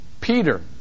Peter